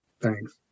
Thanks